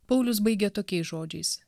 paulius baigė tokiais žodžiais